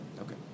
Okay